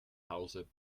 hause